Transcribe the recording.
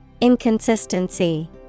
Inconsistency